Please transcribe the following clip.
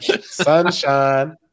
Sunshine